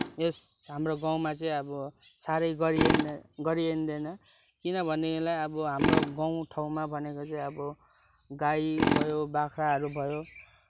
यस हाम्रो गाउँमा चाहिँ अब साह्रै गरिएन गरिँदैन किनभनेदेखिलाई अब हाम्रो गाउँठाउँमा भनेको चाहिँ अब गाई भयो बाख्राहरू भयो